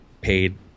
paid